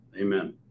Amen